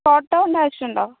photo വല്ലതും ആവശ്യമുണ്ടോ